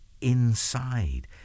Inside